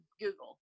Google